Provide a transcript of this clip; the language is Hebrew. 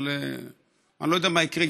אבל אני לא יודע מה יקרה,